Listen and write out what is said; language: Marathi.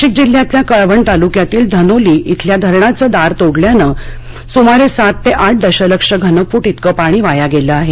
नाशिक जिल्ह्यातल्या कळवण तालुक्यातील धनोली इथल्या धरणाचं दार तोडल्याने सुमारे सात ते आठ दशलक्ष घनफूट इतकं पाणी वाया गेलं आहे